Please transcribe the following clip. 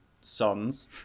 sons